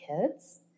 kids